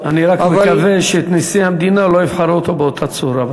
אני רק מקווה שאת נשיא המדינה לא יבחרו באותה צורה.